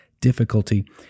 difficulty